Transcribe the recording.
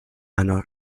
einer